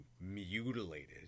mutilated